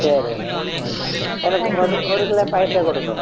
சரி எனக்கு ஒரு ஒரு கிலோ பாக்கெட்டே கொடுங்கோ